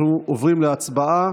אנחנו עוברים להצבעה.